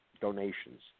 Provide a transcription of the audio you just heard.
donations